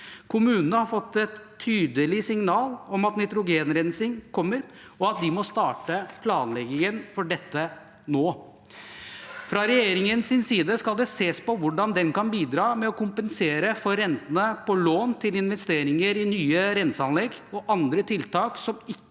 Kommunene har fått et tydelig signal om at nitrogenrensing kommer, og at de må starte planleggingen for dette nå. Fra regjeringens side skal det ses på hvordan den kan bidra med å kompensere for rentene på lån til investeringer i nye renseanlegg, og andre tiltak som ikke